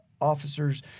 officers